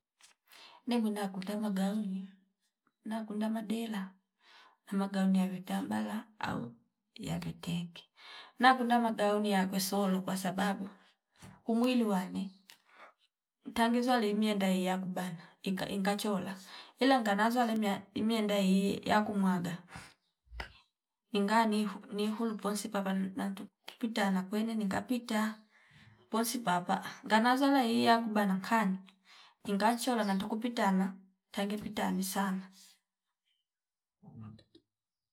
Nemwina kuta magauni nakunda madela na magauni ya vitambala au ya vitenge nakunda magauni ya wesolo kwa sababu umwili wani mtangeza lemwia ndayai yakubana ika inga chola ila nganaza lemiya imeenda ya kumwaga inga nihu nihu mposi papa nantuku pita anakwene ninga pita posi papa nganaza lahia kubana kani inga chola natuku pitana tange pita anisana